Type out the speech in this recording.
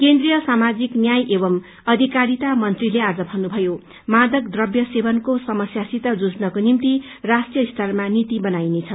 केन्द्रीय सामाजिक न्याय एवं अधिकारिता मन्त्रीले आज भन्नुभयो मादक व्रव्य सेवनको समस्यासित जुझ्नको निम्ति राष्ट्रीय स्तरमा नीति बनाइनेछ